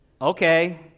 Okay